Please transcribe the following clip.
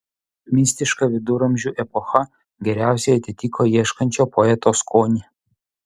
mistiška viduramžių epocha geriausiai atitiko ieškančio poeto skonį